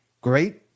great